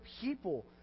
people